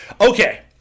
Okay